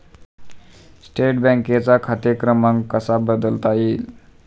State बँकेचा खाते क्रमांक कसा बदलता येईल?